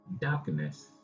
darkness